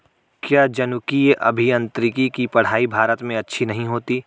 क्या जनुकीय अभियांत्रिकी की पढ़ाई भारत में अच्छी नहीं होती?